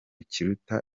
kiruta